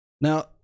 Now